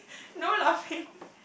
no laughing